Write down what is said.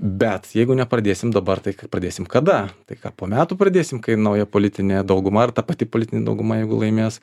bet jeigu nepradėsim dabar tai ką pradėsim kada ką po metų pradėsim kai nauja politinė dauguma ar ta pati politinė dauguma jeigu laimės